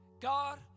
God